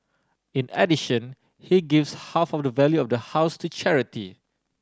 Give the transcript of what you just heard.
in addition he gives half of the value of the house to charity